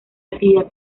actividad